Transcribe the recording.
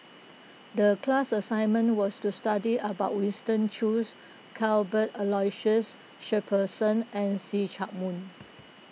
the class assignment was to study about Winston Choos Cuthbert Aloysius Shepherdson and See Chak Mun